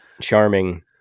charming